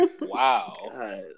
Wow